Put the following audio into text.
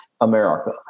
America